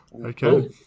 Okay